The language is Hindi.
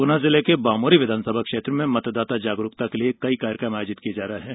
गुना जिल के बामोरी विधानसभा क्षेत्र में मतदाता जागरूकता के लिए कई कार्यक्रम आयोजित किये जा रहे हैं